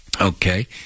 okay